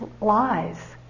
lies